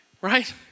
right